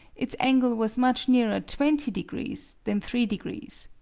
its angle was much nearer twenty degrees than three degrees.